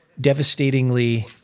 devastatingly